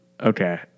Okay